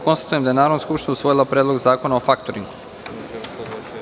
Konstatujem da je Narodna skupština usvojila Predlog zakona o faktoringu.